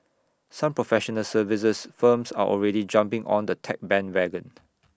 some professional services firms are already jumping on the tech bandwagon